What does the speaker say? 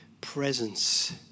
presence